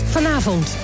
Vanavond